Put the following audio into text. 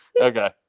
okay